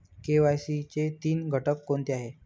KYC चे तीन घटक कोणते आहेत?